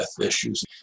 issues